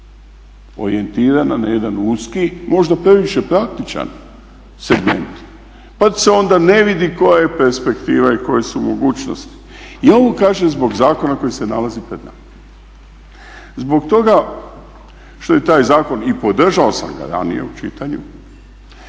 orijentirana na jedan uski možda previše praktičan segment, pa se onda ne vidi koja je perspektiva i koje su mogućnosti. Ja ovo kažem zbog zakona koji se nalazi pred nama. Zbog toga što je taj zakon i podržao sam ga ranije u čitanju,